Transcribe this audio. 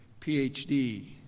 PhD